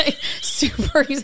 super